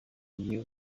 new